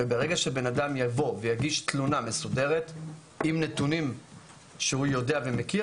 וברגע שבן אדם יבוא ויגיש תלונה מסודרת עם נתונים שהוא יודע ומכיר,